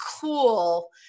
cool